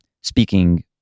speaking